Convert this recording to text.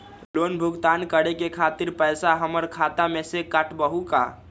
Loan भुगतान करे के खातिर पैसा हमर खाता में से ही काटबहु का?